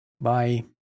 Bye